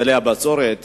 היטלי הבצורת,